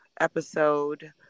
episode